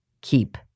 keep